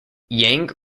yang